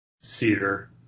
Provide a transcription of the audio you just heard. cedar